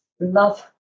love